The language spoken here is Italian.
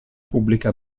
pubblica